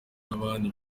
n’abandi